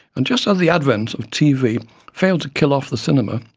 and just as the advent of tv failed to kill off the cinema,